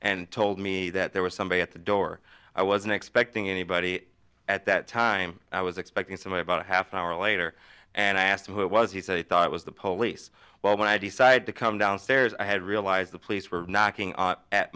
and told me that there was somebody at the door i wasn't expecting anybody at that time i was expecting some way about a half hour later and i asked him who it was he said he thought it was the polies while when i decide to come downstairs i had realized the police were knocking at